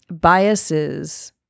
biases